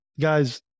guys